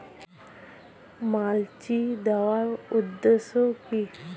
Mulching দেওয়ার উদ্দেশ্য কি?